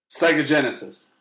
Psychogenesis